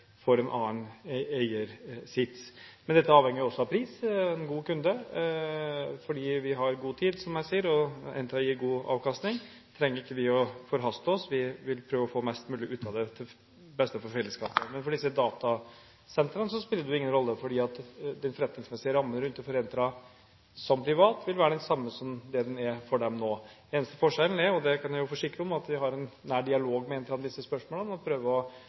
en annen eiersits. Men dette avhenger jo også av pris, av en god kunde. Fordi vi – som jeg sier – har god tid og Entra gir god avkastning, trenger vi ikke å forhaste oss. Vi vil prøve å få mest mulig ut av dette, til beste for fellesskapet. For disse datasentrene spiller det jo ingen rolle, for den forretningsmessige rammen rundt dette – for Entra som for private – vil være den samme som nå. Den eneste forskjellen er – og jeg kan forsikre om at vi har en nær dialog med Entra om disse spørsmålene – å prøve å